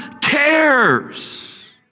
cares